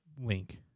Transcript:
link